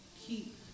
keep